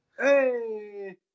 Hey